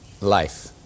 life